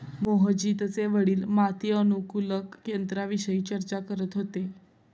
मोहजितचे वडील माती अनुकूलक यंत्राविषयी चर्चा करत होते